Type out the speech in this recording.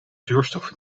zuurstof